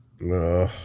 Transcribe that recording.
No